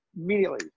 Immediately